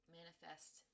manifest